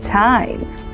times